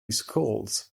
schools